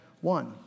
one